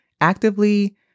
actively